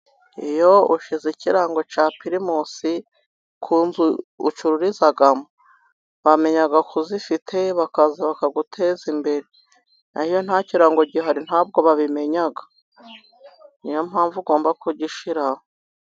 Iyo ushyize ikirango cya pirimusi ku nzu ucururizamo, bamenya ko uzifite bakaguteza imbere. Na ho iyo nta kirango gihari, nta bwo babimenya. Ni yo mpamvu ugomba kugishyiraho.